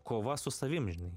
kova su savim žinai